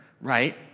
right